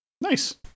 nice